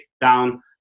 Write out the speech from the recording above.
down